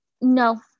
no